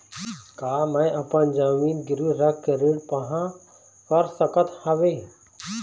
का मैं अपन जमीन गिरवी रख के ऋण पाहां कर सकत हावे?